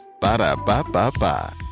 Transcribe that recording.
Ba-da-ba-ba-ba